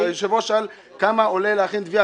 היושב-ראש שאל כמה עולה להכין תביעה?